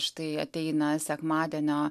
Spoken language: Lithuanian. štai ateina sekmadienio